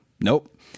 nope